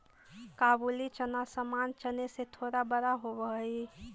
काबुली चना सामान्य चने से थोड़ा बड़ा होवअ हई